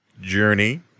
Journey